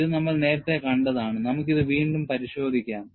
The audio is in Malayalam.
ഇത് നമ്മൾ നേരത്തെ കണ്ടതാണ് നമുക്ക് ഇത് വീണ്ടും പരിശോധിക്കാം